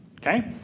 Okay